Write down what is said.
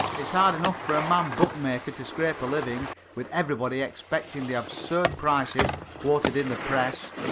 it's hard enough for a man bookmaker to scrape a living, with everybody expecting the absurd prices quoted in the press.